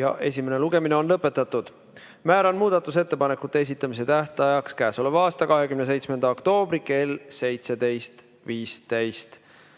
ja esimene lugemine on lõpetatud. Määran muudatusettepanekute esitamise tähtajaks k.a 27. oktoobri kell 17.15.